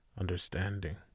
understanding